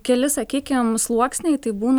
keli sakykim sluoksniai tai būna